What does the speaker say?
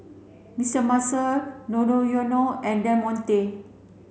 Mister Muscle Monoyono and Del Monte